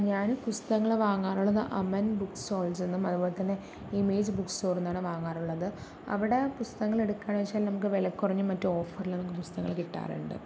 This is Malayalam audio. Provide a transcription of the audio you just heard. ഞാൻ പുസ്തകങ്ങള് വാങ്ങാറുള്ളത് അമന് ബുക്ക് സ്റ്റോള്സില് നിന്നും അതുപോലെ തന്നെ ഇമേജ് ബുക്ക് സ്റ്റോറില് നിന്നുമാണ് വാങ്ങാറുള്ളത് അവിടെ പുസ്തകങ്ങള് എടുക്കുകയാണെന്ന് വച്ചാല് നമുക്ക് വില കുറഞ്ഞും മറ്റും ഓഫറില് നമുക്ക് പുസ്തകങ്ങള് കിട്ടാറുണ്ട്